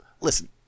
listen